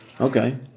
Okay